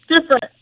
different